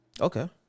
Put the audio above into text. Okay